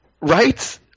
right